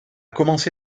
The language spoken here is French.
commencé